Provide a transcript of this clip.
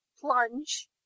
plunge